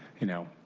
you know,